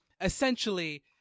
essentially